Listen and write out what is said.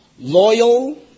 loyal